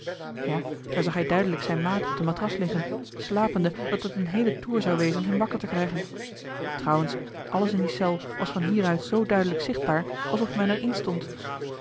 ja daar zag hij duidelijk zijn maat op de matras liggen slapende dat het een heele toer zou wezen hem wakker te krijgen trouwens alles in die cel was van hieruit zoo duidelijk zichtbaar alsof men er in stond